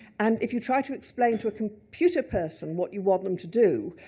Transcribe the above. and if you try to explain to a computer person what you want them to do,